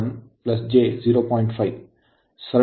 1 J 0